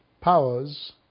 powers